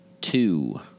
two